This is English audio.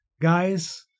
Guys